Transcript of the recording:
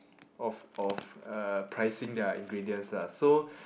of of uh pricing their ingredients lah so